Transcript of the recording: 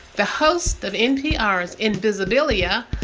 the hosts of npr's invisibilia,